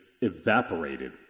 evaporated